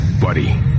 Buddy